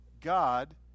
God